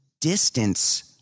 distance